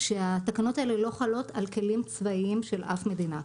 שהתקנות אלה לא חלות על כלים צבאיים של אף מדינה.